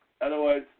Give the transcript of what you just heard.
Otherwise